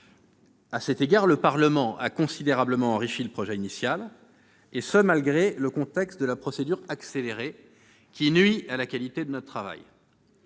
Le Parlement a considérablement enrichi le projet de loi initial, malgré le contexte de la procédure accélérée, qui nuit à la qualité de notre travail.